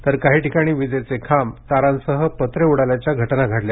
तर काही ठिकाणी विजेचे खांब विजेच्या तारांसह पत्रे उडाल्याच्या घटना घडल्या